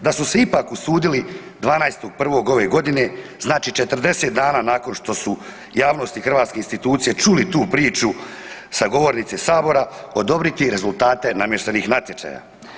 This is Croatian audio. da su se ipak usudili 12.01. ove godine, znači 40 dana nakon što su javnosti hrvatske institucije čuli tu priču sa govornice Sabora, odobriti rezultate namještenih natječaja.